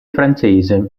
francese